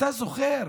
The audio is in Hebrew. אתה זוכר